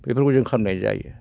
बेफोरखौ जों खालामनाय जायो